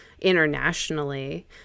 internationally